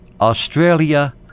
Australia